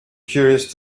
curious